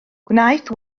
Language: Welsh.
gwnaeth